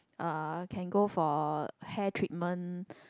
uh can go for hair treatment